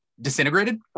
disintegrated